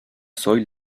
soy